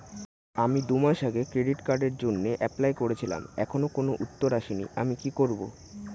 আমি দুমাস আগে ক্রেডিট কার্ডের জন্যে এপ্লাই করেছিলাম এখনো কোনো উত্তর আসেনি আমি কি করব?